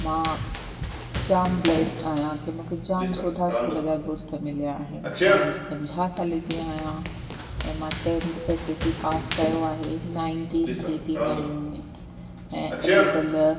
मां जाम ब्लेस्ड आहियां की मूंखे जाम सुठा स्कूल जा दोस्त मिलिया आहिनि मां अॼु पंजाहु साले जी आहियां ऐं मां tenth S S C pass कयो आहे नाइनटीन एटीनाइन में ऐं अॼुकल्ह